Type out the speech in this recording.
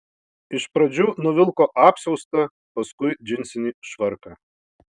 iš pradžių nuvilko apsiaustą paskui džinsinį švarką